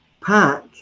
pack